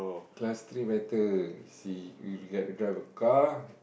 class three better you see you you get to drive a car